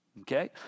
Okay